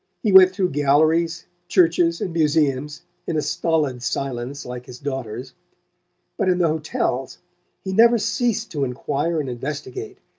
he went through galleries, churches and museums in a stolid silence like his daughter's but in the hotels he never ceased to enquire and investigate,